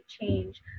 change